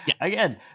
Again